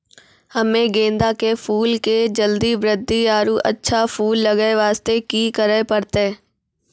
हम्मे गेंदा के फूल के जल्दी बृद्धि आरु अच्छा फूल लगय वास्ते की करे परतै?